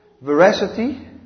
veracity